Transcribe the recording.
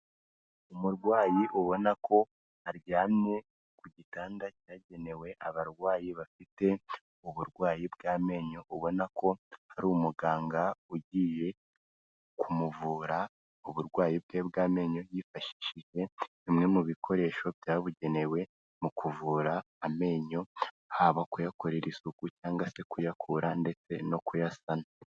Umurwayi ubona ko aryamye ku gitanda cyagenewe abarwayi bafite uburwayi bw'amenyo, ubona ko hari umuganga ugiye kumuvura uburwayi bwe bw'amenyo yifashishije bimwe mu bikoresho byabugenewe mu kuvura amenyo, haba kuyakorera isuku cyangwa se kuyakura ndetse no kuyasana.